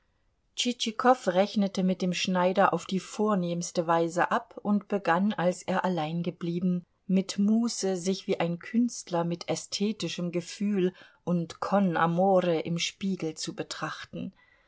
rechnete mit dem schneider auf die vornehmste weise ab und begann als er allein geblieben mit muße sich wie ein künstler mit ästhetischem gefühl und con amore im spiegel zu betrachten